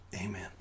amen